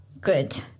good